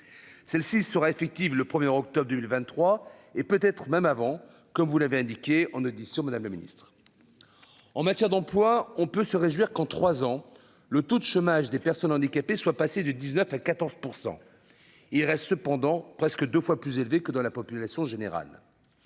celle-ci sera effective le premier octobre du 1023 et peut être même avant, comme vous l'avez indiqué en audition, Madame le Ministre, en matière d'emploi, on peut se réjouir qu'en 3 ans, le taux de chômage des personnes handicapées soit passé de 19 à 14 %, il reste cependant presque 2 fois plus élevé que dans la population générale,